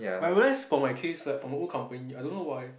but whereas for my case like for my old company I don't know why